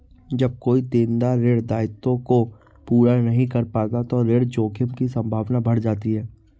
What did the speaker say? जब कोई देनदार ऋण दायित्वों को पूरा नहीं कर पाता तो ऋण जोखिम की संभावना बढ़ जाती है